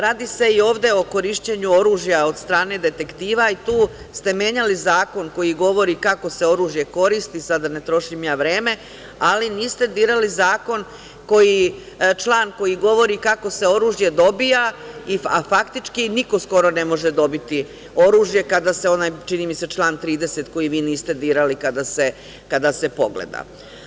Radi se i ovde o korišćenju oružja od strane detektiva i tu ste menjali Zakon koji govori kako se oružje koristi, sada da ne trošim ja vreme, ali niste dirali zakon koji, član koji govori kako se oružje dobija, a faktički niko skoro ne može dobiti oružje, kada se onaj, čini mi se član 30. koji vi niste dirali kada se pogleda.